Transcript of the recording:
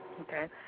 Okay